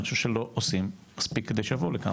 אני חושב שאנחנו לא עושים מספיק כדי שיבואו לכאן,